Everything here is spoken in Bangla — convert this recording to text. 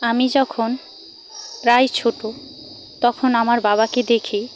আমি যখন প্রায় ছোটো তখন আমার বাবাকে দেখে